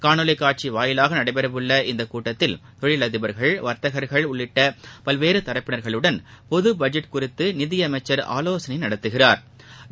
காணொலி காட்சி வாயிலாக நடைபெற உள்ள இக்கூட்டத்தில் தொழிலதிபர்கள் வர்த்தகர்கள் உள்ளிட்ட பல்வேறு தரப்பினா்களுடன் பொது பட்ஜெட் குறித்து நிதியமைச்சா் ஆலோசனை நடத்துகிறாா்